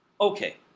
okay